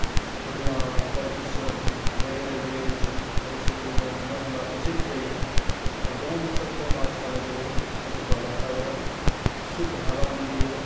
धुआँ प्रदुषण वगैरह वगैरह ई सभ रहै छै तऽ ओहिमे मन हमरा उचकि जाइया आ गाँवमे हमरा सबसे अच्छा लागैया ओतुका वातावरण शुद्ध हवा मिलैया